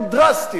הם דרסטיים,